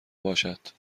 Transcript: باشد